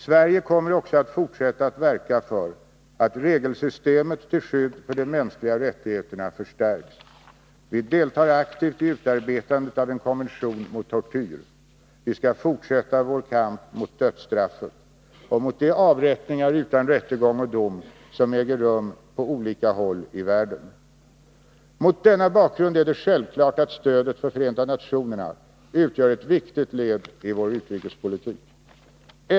Sverige kommer också att fortsätta att verka för att regelsystemet till skydd för de mänskliga rättigheterna förstärks. Vi deltar aktivt i utarbetandet av en konvention mot tortyr. Vi skall fortsätta vår kamp mot dödsstraffet och mot de avrättningar utan rättegång och dom som äger rum på olika håll i världen. Mot denna bakgrund är det självklart att stödet för Förenta nationerna utgör ett viktigt led i vår utrikespolitik.